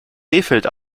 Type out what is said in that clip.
rehfeld